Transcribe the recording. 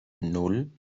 nan